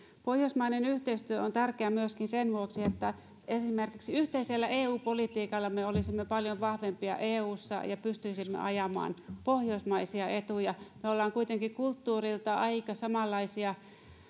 pohjoismainen yhteistyö on tärkeää myöskin sen vuoksi että esimerkiksi yhteisellä eu politiikalla me olisimme paljon vahvempia eussa ja pystyisimme ajamaan pohjoismaisia etuja me olemme kuitenkin kulttuuriltamme aika samanlaisia